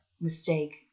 mistake